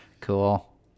Cool